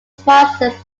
sponsors